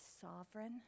sovereign